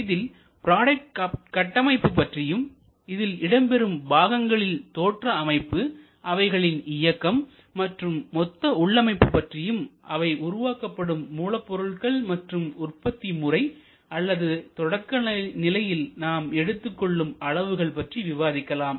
இதில் ப்ராடக்ட் கட்டமைப்பு பற்றியும்இதில் இடம்பெறும் பாகங்களின் தோற்றஅமைப்புஅவைகளின் இயக்கம் மற்றும் மொத்த உள்ளமைப்பு பற்றியும் அவை உருவாக்கப்படும் மூலப்பொருள்கள் மற்றும் உற்பத்தி முறை அல்லது தொடக்க நிலையில் நாம் எடுத்துக்கொள்ளும் அளவுகள் பற்றி விவாதிக்கலாம்